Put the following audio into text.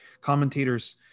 Commentators